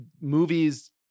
movies